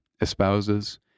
espouses